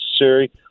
necessary